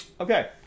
okay